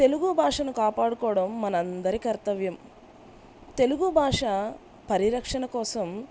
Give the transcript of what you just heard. తెలుగు భాషను కాపాడుకోవడం మన అందరి కర్తవ్యం తెలుగు భాష పరిరక్షణ కోసం